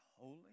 holy